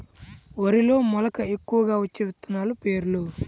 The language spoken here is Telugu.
వరిలో మెలక ఎక్కువగా వచ్చే విత్తనాలు పేర్లు?